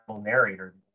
narrator